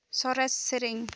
ᱥᱚᱨᱮᱥ ᱥᱮᱨᱮᱧ